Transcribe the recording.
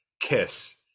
Kiss